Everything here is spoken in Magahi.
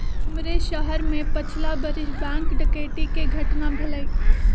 हमरे शहर में पछिला बरिस बैंक डकैती कें घटना भेलइ